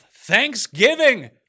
Thanksgiving